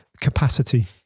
capacity